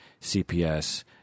CPS